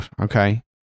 Okay